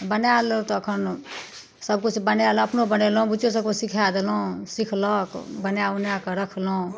बनाय लेलहुँ तखन सब किछु बनाय अपनो बनेलहुँ बुचिओ सबके सीखा देलहुँ सीखलक बनाय उनाय कऽ रखलहुँ